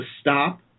stop